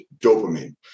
dopamine